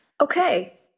Okay